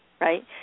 right